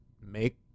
make